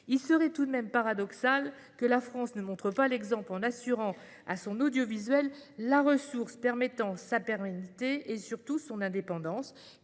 Il serait tout de même paradoxal que la France ne montre pas l'exemple en assurant à son audiovisuel la ressource permettant sa pérennité et, surtout, son indépendance.